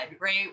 right